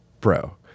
bro